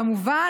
כמובן,